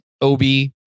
Obi